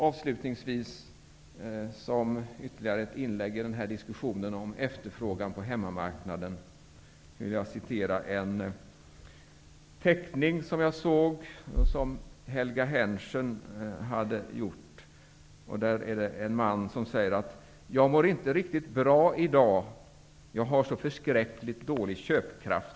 Avslutningsvis vill jag som ytterligare ett inlägg i diskussionen om efterfrågan på hemmamarknaden referera till en teckning av Helga Henschen. På teckningen finns en man som säger: Jag mår inte riktigt bra i dag. Jag har så förskräckligt dålig köpkraft.